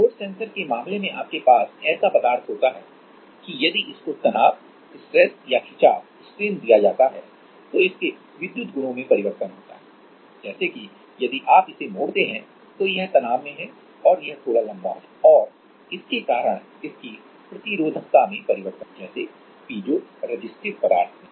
force sensor के मामले में आपके पास ऐसा पदार्थ होता है कि यदि इसको तनाव या खिंचाव दिया जाता है तो इसके विद्युत गुणों में परिवर्तन होता है जैसे कि यदि आप इसे मोड़ते हैं तो यह तनाव में है और यह थोड़ा लम्बा हो जाता है और इसके कारण इसकी प्रतिरोधकता में परिवर्तन होता है जैसे पीज़ोरेसिस्टिव पदार्थ में